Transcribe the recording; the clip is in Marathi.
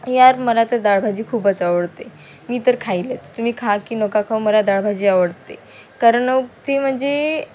यार मला तर दाळभाजी खूपच आवडते मी तर खाईलच तुम्ही खा की नका खाऊ मला दाळभाजी आवडते कारण ते म्हणजे